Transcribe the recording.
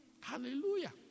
Hallelujah